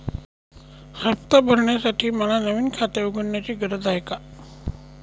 हफ्ता भरण्यासाठी मला नवीन खाते उघडण्याची गरज आहे का?